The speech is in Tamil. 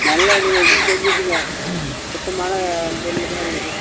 நல்ல எண்ணெயில் தான் செஞ்சுருக்கங்க சுத்தமான பொருள் தான் இருக்குது